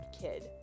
kid